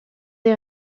des